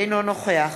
אינו נוכח